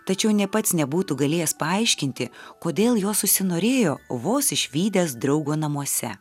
tačiau nė pats nebūtų galėjęs paaiškinti kodėl jos užsinorėjo vos išvydęs draugo namuose